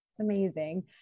Amazing